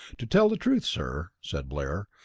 to tell the truth, sir, said blair,